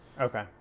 Okay